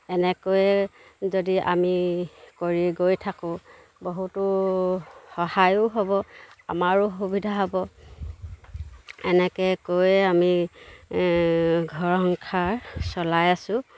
এনেকৈয়ে যদি আমি কৰি গৈ থাকোঁ বহুতো সহায়ো হ'ব আমাৰো সুবিধা হ'ব এনেকৈয়ে আমি ঘৰ সংসাৰ চলাই আছো